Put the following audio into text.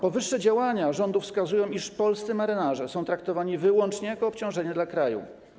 Powyższe działania rządu wskazują, iż polscy marynarze są traktowani wyłącznie jako obciążenie dla kraju.